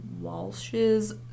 Walsh's